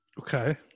Okay